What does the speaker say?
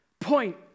point